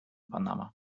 panama